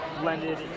blended